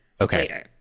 Okay